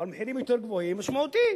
אבל במחירים יותר גבוהים הוא משמעותי.